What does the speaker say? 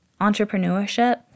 Entrepreneurship